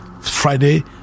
Friday